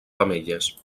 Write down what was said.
femelles